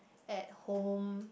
at home